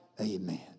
Amen